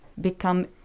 become